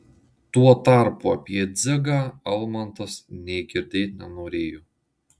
tuo tarpu apie dzigą almantas nė girdėt nenorėjo